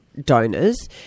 donors